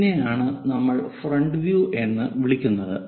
ഇതിനെയാണ് നമ്മൾ front view എന്ന് വിളിക്കുന്നത്